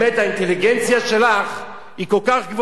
האינטליגנציה שלך היא כל כך גבוהה,